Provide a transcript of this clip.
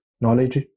knowledge